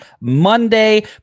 Monday